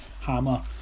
hammer